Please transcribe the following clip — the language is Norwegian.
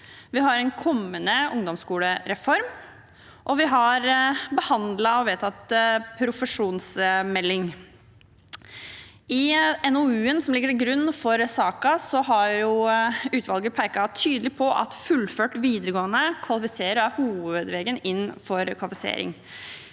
vi har en kommende ungdomsskolereform, og vi har behandlet og vedtatt en profesjonsmelding. I NOU-en som ligger til grunn for saken, har utvalget tydelig pekt på at fullført videregående kvalifiserer og er hovedveien inn for kvalifisering.